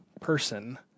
person